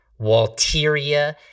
Walteria